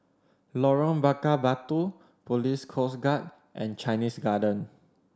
Lorong Bakar Batu Police Coast Guard and Chinese Garden